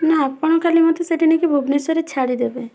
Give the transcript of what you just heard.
ନା ଆପଣ ଖାଲି ମୋତେ ସେଠି ନେଇକି ଭୁବନେଶ୍ୱରରେ ଛାଡ଼ି ଦେବେ